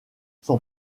son